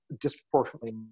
disproportionately